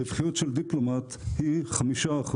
הרווחיות של דיפלומט היא 5%,